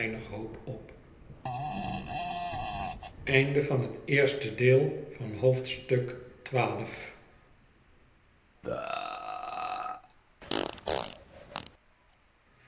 ook het eerste in een hoek van het